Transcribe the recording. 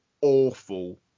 awful